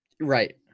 Right